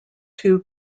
two